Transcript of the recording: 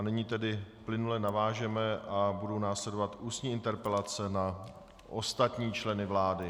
Nyní tedy plynule navážeme a budou následovat ústní interpelace na ostatní členy vlády.